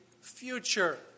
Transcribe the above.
future